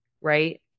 right